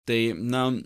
tai na